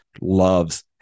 loves